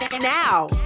now